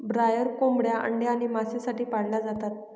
broiler कोंबड्या अंडे आणि मांस साठी पाळल्या जातात